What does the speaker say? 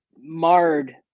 marred